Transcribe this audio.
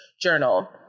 Journal